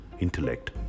Intellect